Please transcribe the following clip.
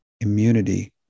immunity